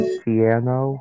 piano